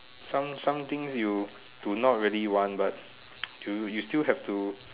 some something you do not really want but you still have to